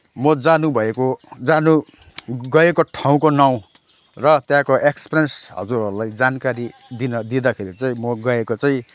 म जानुभएको जानु गएको ठाउँको ना नाउँ र त्यहाँको एक्सपिरियन्स हजुरहरूलाई जानकारी दिन दिँदाखेरि चाहिँ म गएको चाहिँ